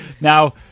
Now